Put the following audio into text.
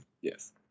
Yes